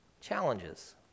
challenges